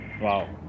Wow